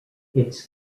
its